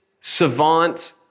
savant